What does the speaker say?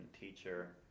teacher